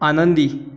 आनंदी